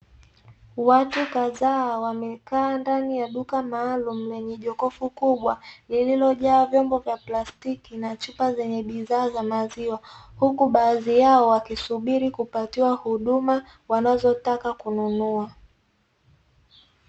Watu kadhaa wamekaa ndani ya duka maalumu lenye jokofu kubwa lililojaa vyombo vya plastiki na chupa zenye bidhaa za maziwa, huku baadhi yao wakisubiri kupatiwa huduma wanazotaka kununua.